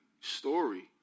story